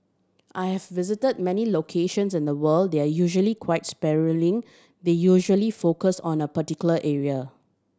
I have visited many locations in the world they're usually quite sprawling they usually focused on a particular area